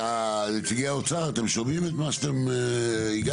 נציגי האוצר אתם שומעים את מה שאתם הגשתם?